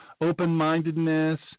open-mindedness